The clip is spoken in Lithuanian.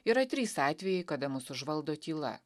yra trys atvejai kada mus užvaldo tyla